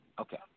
Okay